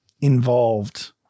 involved